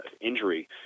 injury